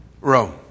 Rome